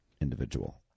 individual